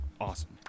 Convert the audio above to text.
awesome